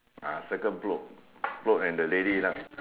ah circle float float and the lady lah